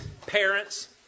parents